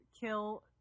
kill